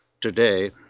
today